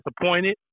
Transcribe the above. disappointed